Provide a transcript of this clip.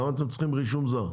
למה אתם צריכים רישום זר?